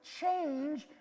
change